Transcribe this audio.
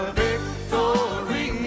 victory